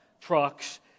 trucks